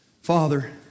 Father